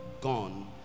gone